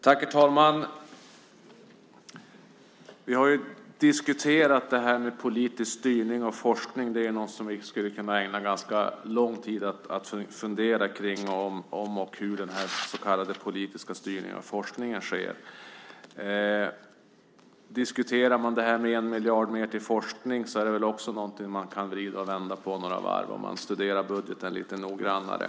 Herr talman! Vi har ju diskuterat politisk styrning av forskning. Vi skulle kunna ägna lång tid åt att fundera kring om och hur den så kallade politiska styrningen av forskningen sker. Diskuterar man frågan om 1 miljard mer till forskning är det också något som man kan vrida och vända på några varv om man studerar budgeten lite noggrannare.